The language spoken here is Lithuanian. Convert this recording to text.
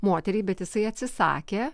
moterį bet jisai atsisakė